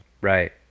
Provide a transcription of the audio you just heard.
Right